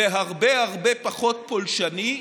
זה הרבה פחות פולשני.